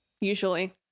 usually